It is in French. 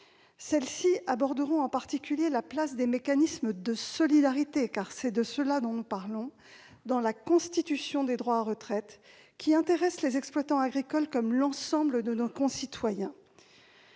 Celles-ci aborderont en particulier la place des mécanismes de solidarité, puisque c'est de cela que nous parlons, dans la constitution des droits à la retraite, mécanismes qui intéressent tant les exploitants agricoles que l'ensemble de nos concitoyens.